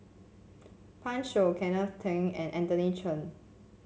Pan Shou Kenneth Keng and Anthony Chen